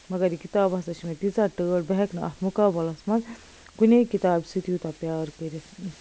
مگر یہِ کِتاب ہَسا چھِ مےٚ تیٖژاہ ٹٲٹھ بہٕ ہٮ۪کہٕ نہٕ اَتھ مقابلس منٛز کُنے کِتابہِ سۭتۍ یوٗتاہ پیار کٔرِتھ